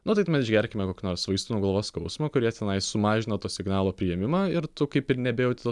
nu tai tuomet išgerkime kokių nors vaistų nuo galvos skausmo kurie tenais sumažina to signalo priėmimą ir tu kaip ir nebejauti to